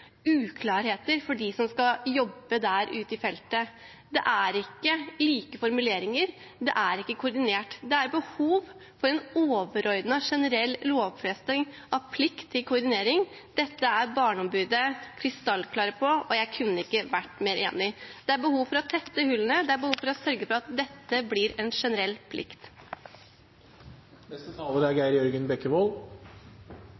uklarheter for dem som skal jobbe ute i feltet. Det er ikke like formuleringer, det er ikke koordinert. Det er behov for en overordnet generell lovfesting av plikt til koordinering. Dette er Barneombudet krystallklare på, og jeg kunne ikke vært mer enig. Det er behov for å tette hullene, det er behov for å sørge for at dette blir en generell plikt.